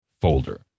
folder